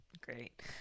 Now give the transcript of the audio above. great